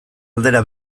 aldera